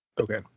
Okay